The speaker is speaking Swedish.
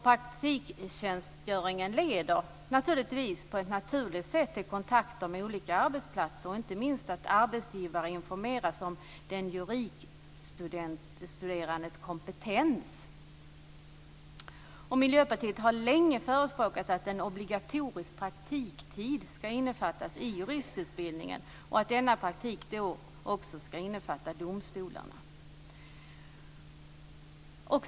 Praktiktjänstgöringen leder naturligtvis på ett naturligt sätt till kontakter med olika arbetsplatser. Inte minst informeras arbetsgivare om den juridikstuderandes kompetens. Miljöpartiet har länge förespråkat att en obligatorisk praktiktid ska innefattas i juristutbildningen och att denna praktik också ska innefatta domstolarna.